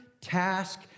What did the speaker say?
task